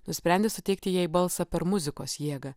nusprendė suteikti jai balsą per muzikos jėgą